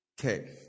Okay